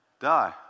Die